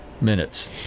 minutes